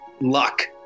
luck